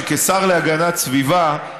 שכשר להגנת סביבה,